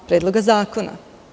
Predloga zakona.